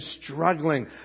struggling